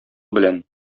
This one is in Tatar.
белән